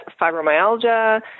fibromyalgia